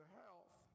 health